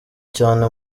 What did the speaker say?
cane